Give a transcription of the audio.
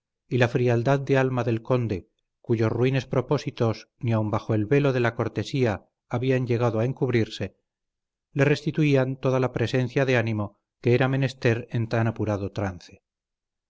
y la frialdad de alma del conde cuyos ruines propósitos ni aun bajo el velo de la cortesía habían llegado a encubrirse le restituían toda la presencia de ánimo que era menester en tan apurado trance